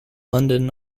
london